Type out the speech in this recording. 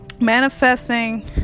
manifesting